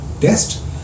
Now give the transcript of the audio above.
test